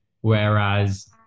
whereas